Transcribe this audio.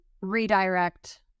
redirect